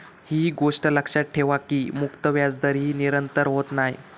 ही गोष्ट लक्षात ठेवा की मुक्त व्याजदर ही निरंतर होत नाय